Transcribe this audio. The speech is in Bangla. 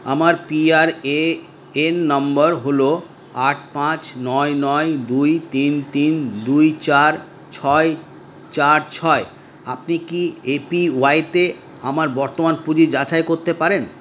আমার পিআরএএন নম্বর হল আট পাঁচ নয় নয় দুই তিন তিন দুই চার ছয় চার ছয় আপনি কি এপিওয়াইতে আমার বর্তমান পুঁজি যাচাই করতে পারেন